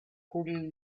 poorly